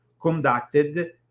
conducted